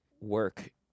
work